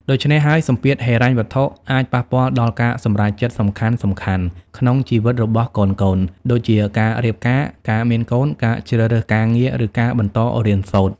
ដូច្នេះហើយ សម្ពាធហិរញ្ញវត្ថុអាចប៉ះពាល់ដល់ការសម្រេចចិត្តសំខាន់ៗក្នុងជីវិតរបស់កូនៗ ដូចជាការរៀបការ ការមានកូន ការជ្រើសរើសការងារ ឬការបន្តរៀនសូត្រ។